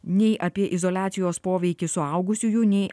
nei apie izoliacijos poveikį suaugusiųjų nei